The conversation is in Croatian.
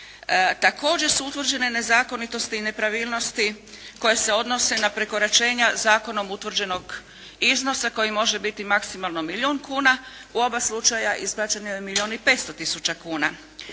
također su utvrđene nezakonitosti i nepravilnosti koje se odnose na prekoračenja zakonom utvrđenog iznosa koji može biti maksimalno milijun kuna. U oba slučaja isplaćeno je milijun i 500 tisuća kuna.